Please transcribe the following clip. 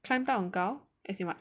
climb 到很高 as in what